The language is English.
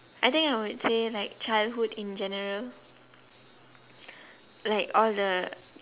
I think I would say like childhood in general like all the